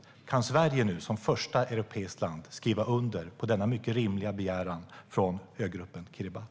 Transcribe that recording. Min fråga är: Kan Sverige som första europeiska land skriva under på denna mycket rimliga begäran från ögruppen Kiribati?